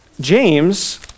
James